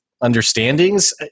understandings